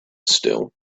still